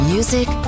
Music